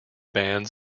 bands